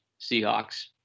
Seahawks